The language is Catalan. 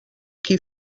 qui